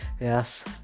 Yes